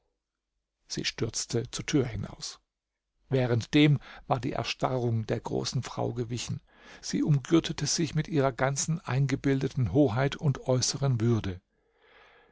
sie stürzte zur thür hinaus währenddem war die erstarrung der großen frau gewichen sie umgürtete sich mit ihrer ganzen eingebildeten hoheit und äußeren würde